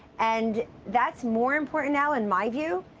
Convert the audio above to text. and that's more important now in my view,